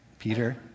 Peter